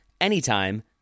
anytime